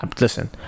Listen